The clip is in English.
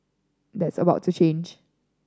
that is about to change